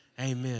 amen